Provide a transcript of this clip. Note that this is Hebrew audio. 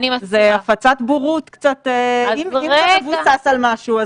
זו הפצת בורות --- אם זה מבוסס על משהו,